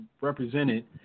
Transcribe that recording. represented